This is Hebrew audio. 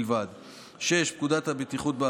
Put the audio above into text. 2. חוק איסור אלימות בספורט,